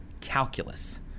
calculus